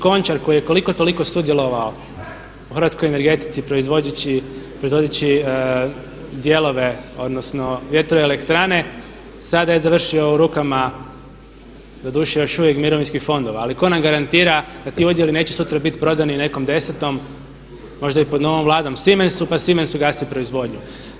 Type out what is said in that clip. Končar koji je koliko toliko sudjelovao u hrvatskoj energetici proizvodeći dijelove odnosno vjetroelektrane sada je završio u rukama doduše još uvijek mirovinskih fondova ali tko nam garantira da ti udjeli neće sutra biti prodani nekom desetom, možda i pod novom Vladom Simensu, pa Simens ugasi proizvodnju.